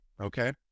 Okay